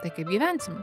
tai kaip gyvensim